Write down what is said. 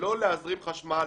לא להזרים חשמל,